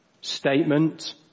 Statement